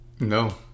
No